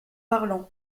parlant